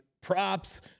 props